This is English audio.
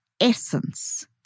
essence